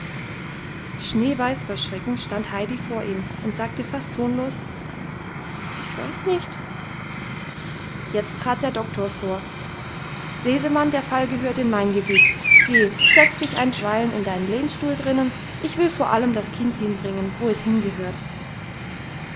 schneeweiß vor schrecken stand heidi vor ihm und sagte fast tonlos ich weiß nicht jetzt trat der doktor vor sesemann der fall gehört in mein gebiet geh setz dich einstweilen in deinen lehnstuhl drinnen ich will vor allem das kind hinbringen wo es hingehört